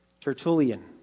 Tertullian